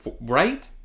right